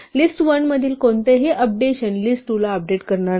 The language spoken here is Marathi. लिस्ट 1 मधील कोणतेही अपडेशन लिस्ट 2 ला अपडेट करणार नाही